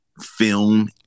film